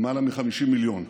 למעלה מ-50 מיליון.